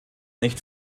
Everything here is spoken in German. nicht